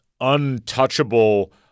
untouchable